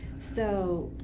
so